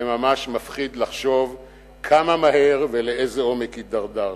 זה ממש מפחיד לחשוב כמה מהר ולאיזה עומק הידרדרנו.